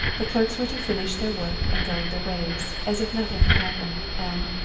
the clerks were to finish their work and go their ways, as if nothing had happened, and,